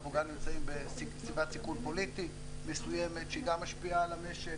אנחנו גם נמצאים בסביבת סיכון פוליטית מסוימת שהיא גם משפיעה על המשק.